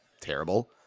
terrible